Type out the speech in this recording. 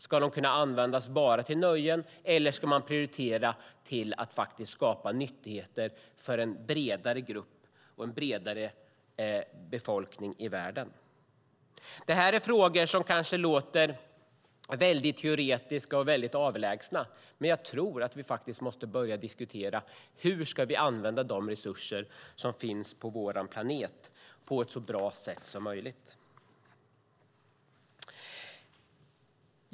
Ska de användas till enbart nöjen, eller ska vi prioritera ett skapande av nyttigheter för en större del av världens befolkning? Dessa frågor låter kanske teoretiska och avlägsna, men jag tror att vi måste börja diskutera hur vi ska använda de resurser som finns på vår planet på ett så bra sätt som möjligt.